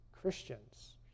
Christians